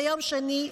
ביום שני,